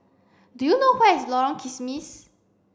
do you know where is Lorong Kismis